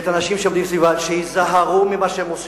והאנשים שעומדים סביבם, שייזהרו במה שהם עושים.